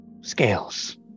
scales